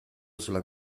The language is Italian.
sulla